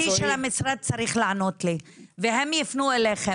של המשרד צריך לענות לי והם ייפנו אליכם.